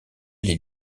les